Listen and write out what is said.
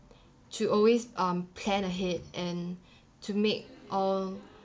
to always um plan ahead and to make all